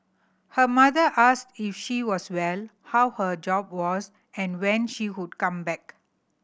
her mother asked if she was well how her job was and when she would come back